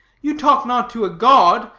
you talk not to a god,